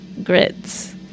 Grits